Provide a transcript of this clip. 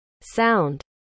sound